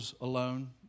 alone